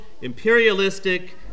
imperialistic